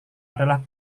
adalah